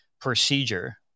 procedure